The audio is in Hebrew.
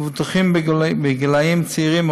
מבוטחים צעירים,